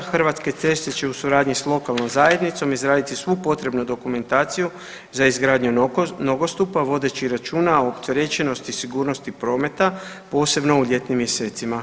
Hrvatske ceste će u suradnji sa lokalnom zajednicom izraditi svu potrebnu dokumentaciju za izgradnju nogostupa vodeći računa o opterećenosti sigurnosti prometa posebno u ljetnim mjesecima.